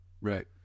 Right